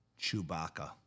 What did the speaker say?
Chewbacca